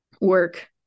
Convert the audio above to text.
work